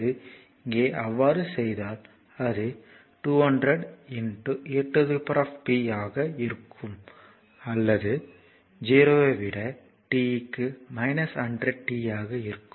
இங்கே அவ்வாறு செய்தால் அது 200 ep ஆக இருக்கும் அல்லது 0 ஐ விட t க்கு 100 t ஆக இருக்கும்